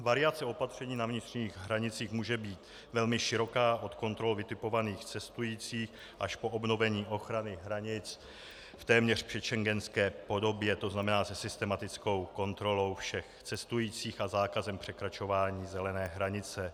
Variace opatření na vnitřních hranicích může být velmi široká od kontrol vytipovaných cestujících až po obnovení ochrany hranic v téměř předschengenské podobě, to znamená se systematickou kontrolou všech cestujících a zákazem překračování zelené hranice.